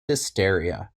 hysteria